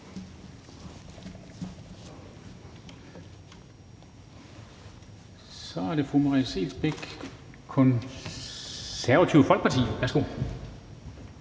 Så er det fru Merete Scheelsbeck, Det Konservative Folkeparti. Værsgo.